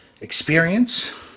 experience